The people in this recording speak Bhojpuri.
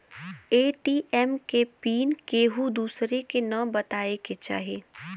ए.टी.एम के पिन केहू दुसरे के न बताए के चाही